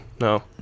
No